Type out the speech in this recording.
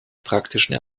praktischen